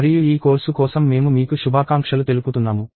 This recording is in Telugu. మరియు ఈ కోర్సు కోసం మేము మీకు శుభాకాంక్షలు తెలుపుతున్నాము